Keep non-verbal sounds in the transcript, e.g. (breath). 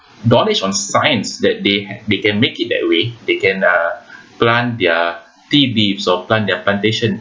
donnish on science that they they can make it that way they can uh (breath) plant their tea leaves or plant their plantations